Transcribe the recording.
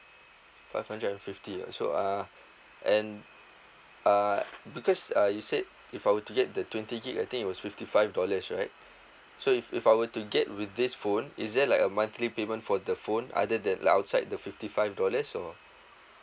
five hundred and fifty uh so uh and uh because uh you said if I were to get the twenty gig I think it was fifty five dollars right so if if I were to get with this phone is there like a monthly payment for the phone either that outside the fifty five dollars or